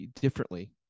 differently